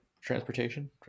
transportation